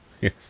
Yes